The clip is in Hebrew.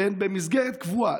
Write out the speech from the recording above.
במסגרת קבועה,